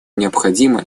необходимо